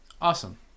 Awesome